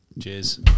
cheers